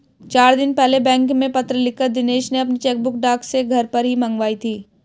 चार दिन पहले बैंक में पत्र लिखकर दिनेश ने अपनी चेकबुक डाक से घर ही पर मंगाई थी